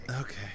Okay